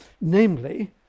namely